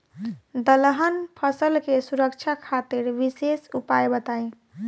दलहन फसल के सुरक्षा खातिर विशेष उपाय बताई?